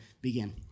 begin